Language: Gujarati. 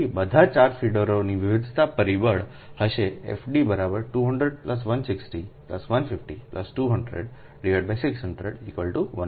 તેથી બધા 4 ફીડરનો વિવિધતા પરિબળ હશે FD 200160150200600 1